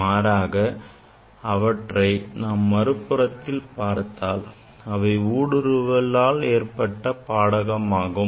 மாறாக அவற்றை நாம் மறுபுறத்தில் பார்த்தால் அவை ஊடுருவலால் ஏற்பட்ட பாடகமாகும்